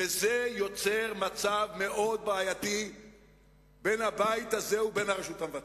וזה יוצר מצב מאוד בעייתי בין הבית הזה ובין הרשות המבצעת.